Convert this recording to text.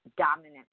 dominant